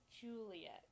Juliet